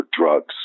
drugs